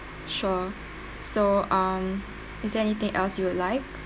sure so um is there anything else you would like